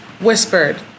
whispered